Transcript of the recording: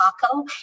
taco